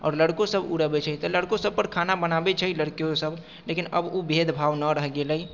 आओर लड़कोसभ उड़बैत छै तऽ लड़को सभपर खाना बनाबैत छै लड़कियोसभ लेकिन आब ओ भेदभाव न रहि गेलै